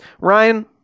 Ryan